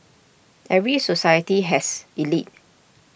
every society has elite